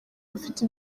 bafite